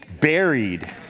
Buried